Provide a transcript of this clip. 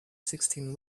sixteen